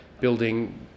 building